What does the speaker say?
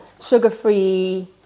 sugar-free